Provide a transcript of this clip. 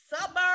suburb